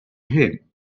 him